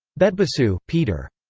betbasoo, peter.